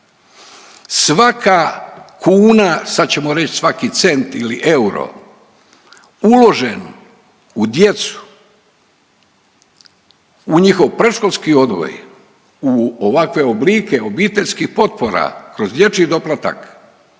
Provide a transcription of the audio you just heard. Svaka kuna, sad ćemo reći svaki cent ili euro uložen u djecu, u njihov predškolski odgoj, u ovakve oblike obiteljskih potpora kroz dječji doplatak